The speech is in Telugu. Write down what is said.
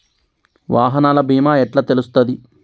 వాహనాల బీమా ఎట్ల తెలుస్తది?